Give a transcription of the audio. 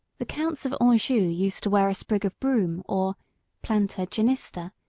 the counts of anjou used to wear a sprig of broom, or planta genista,